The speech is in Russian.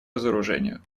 разоружению